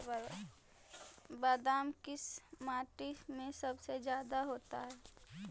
बादाम किस माटी में सबसे ज्यादा होता है?